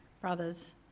Brothers